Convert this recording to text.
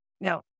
Now